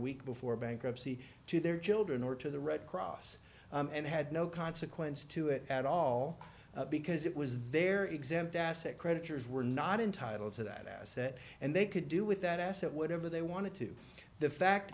week before bankruptcy to their children or to the red cross and had no consequence to it at all because it was their exempt asset creditors were not entitle to that asset and they could do with that asset whatever they wanted to the fact